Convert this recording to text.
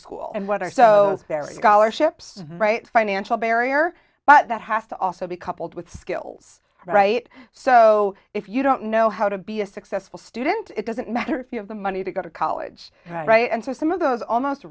school and what are so very goller ships right financial barrier but that has to also be coupled with skills right so if you don't know how to be a successful student it doesn't matter if you have the money to go to college right and so some of those almost